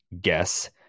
guess